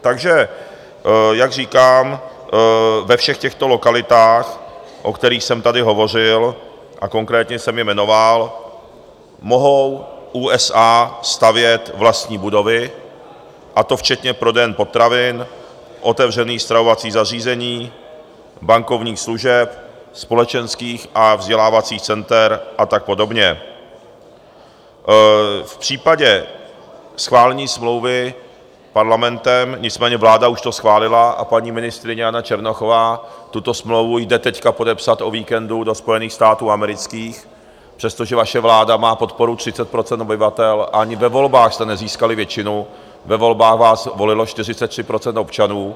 Takže jak říkám, ve všech těchto lokalitách, o kterých jsem tady hovořil a konkrétně jsem je jmenoval, mohou USA stavět vlastní budovy, a to včetně prodejen potravin, otevření stravovacích zařízení, bankovních služeb, společenských a vzdělávacích center a tak podobně v případě schválení smlouvy Parlamentem, nicméně vláda už to schválila a paní ministryně Jana Černochová tuto smlouvu jede teď podepsat o víkendu do Spojených států amerických, přestože vaše vláda má podporu 30 % obyvatel, ani ve volbách jste nezískali většinu, ve volbách vás volilo 43 % občanů.